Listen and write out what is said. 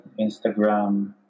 Instagram